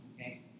okay